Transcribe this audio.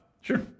Sure